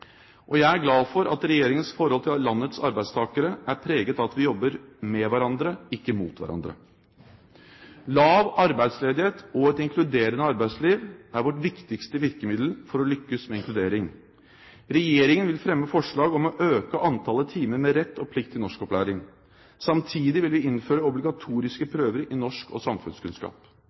styrke. Jeg er glad for at regjeringens forhold til landets arbeidstakere er preget av at vi jobber med hverandre, ikke mot hverandre. Lav arbeidsledighet og et inkluderende arbeidsliv er vårt viktigste virkemiddel for å lykkes med inkludering. Regjeringen vil fremme forslag om å øke antallet timer med rett og plikt til norskopplæring. Samtidig vil vi innføre obligatoriske prøver i norsk og samfunnskunnskap.